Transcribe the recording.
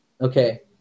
Okay